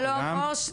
שלום אור,